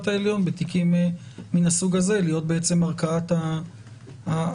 העליון בתיקים מן הסוג הזה להיות ערכאת הערעור.